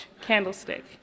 candlestick